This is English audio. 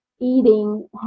eating